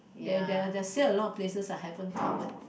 there there are there are still a lot of places I haven't covered